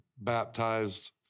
baptized